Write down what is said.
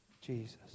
Jesus